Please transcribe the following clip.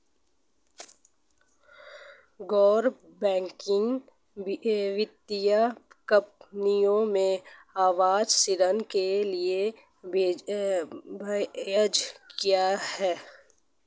गैर बैंकिंग वित्तीय कंपनियों में आवास ऋण के लिए ब्याज क्या है?